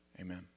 Amen